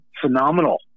Phenomenal